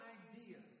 idea